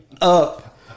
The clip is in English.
up